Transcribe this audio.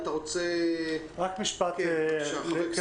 בבקשה חבר הכנסת איתן גינזבורג.